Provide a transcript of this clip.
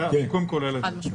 חד-משמעית.